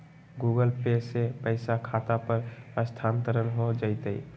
Google Pay से पईसा खाता पर स्थानानंतर हो जतई?